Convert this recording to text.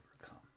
overcome